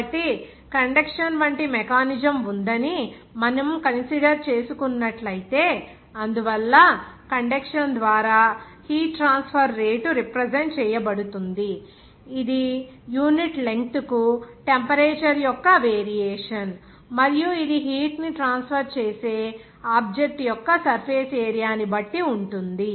కాబట్టి కండెక్షన్ వంటి మెకానిజమ్ ఉందని మనము కన్సిడర్ చేసుకున్నట్లైతే అందువల్ల కండెక్షన్ ద్వారా హీట్ ట్రాన్స్ఫర్ రేటు రిప్రజెంట్ చేయబడుతుంది ఇది యూనిట్ లెంగ్త్ కు టెంపరేచర్ యొక్క వేరియేషన్ మరియు ఇది హీట్ ని ట్రాన్స్ఫర్ చేసే ఆబ్జెక్ట్ యొక్క సర్ఫేస్ ఏరియా ని బట్టి ఉంటుంది